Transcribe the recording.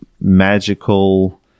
magical